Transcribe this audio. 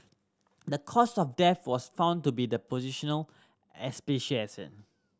the cause of death was found to be the positional